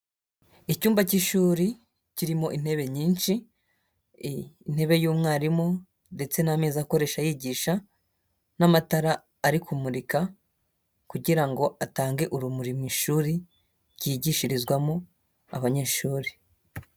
Icyumba cy'ishuri kirimo intebe nyinshi, intebe y'umwarimu ndetse n'ameza akoresha yigisha n'amatara ari kumurika kugira ngo atange urumuri mu ishuri ryigishirizwamo abanyeshuri.